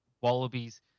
Wallabies